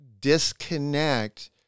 disconnect